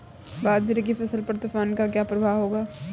बाजरे की फसल पर तूफान का क्या प्रभाव होगा?